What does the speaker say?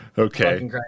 Okay